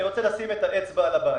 אני רוצה לשים את האצבע על הבעיה.